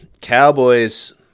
Cowboys